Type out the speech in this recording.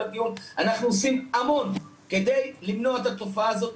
אנחנו עושים המון כדי למנוע את התופעה הזאת,